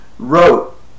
Wrote